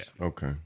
okay